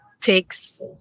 takes